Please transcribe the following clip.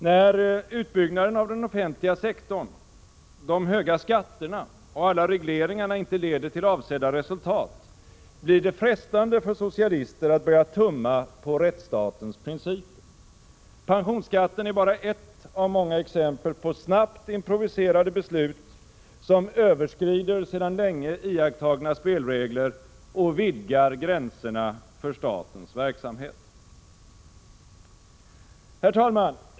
När utbyggnaden av den offentliga sektorn, de höga skatterna och alla regleringarna inte leder till avsedda resultat, blir det frestande för socialister att börja tumma på rättsstatens principer. Pensionsskatten är bara ett av många exempel på snabbt improviserade beslut, som överskrider sedan länge iakttagna spelregler och vidgar gränserna för statens verksamhet. Herr talman!